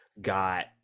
got